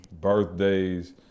birthdays